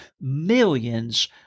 millions